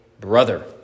brother